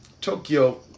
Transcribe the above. Tokyo